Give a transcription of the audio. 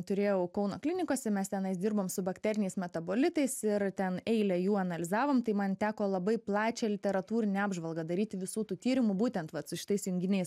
turėjau kauno klinikose mes tenais dirbom su bakteriniais metabolitais ir ten eilę jų analizavom tai man teko labai plačią literatūrinę apžvalgą daryti visų tų tyrimų būtent vat su šitais junginiais